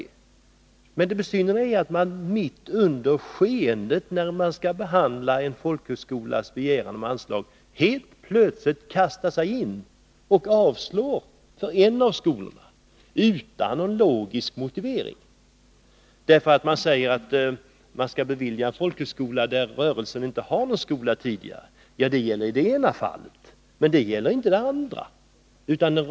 Men det besynnerliga är att man under pågående behandling av en folkhögskolas begäran om anslag — mitt i behandlingen av ärendet — helt plötsligt kastar sig in och avslår begäran från en av skolorna utan någon logisk motivering. Man säger visserligen att man inte skall bevilja begäran från rörelser som har en skola tidigare. Men det argumentet håller bara i det ena fallet.